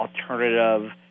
alternative